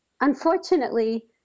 unfortunately